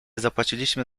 zapłaciliśmy